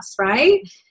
right